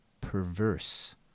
perverse